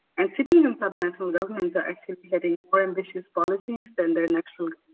and cities and subnational governments are actually setting more ambitious policies than their national